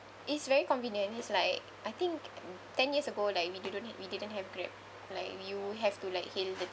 it's very convenient it's like I think ten years ago like we do not we didn't have Grab like you have to like hail the